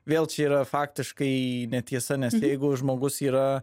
vėl čia yra faktiškai netiesa nes jeigu žmogus yra